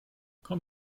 komm